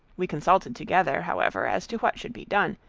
we consulted together, however, as to what should be done,